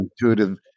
intuitive